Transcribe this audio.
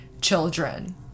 children